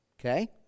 Okay